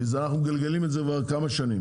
אנחנו מגלגלים את זה כבר כמה שנים,